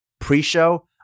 pre-show